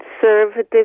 Conservative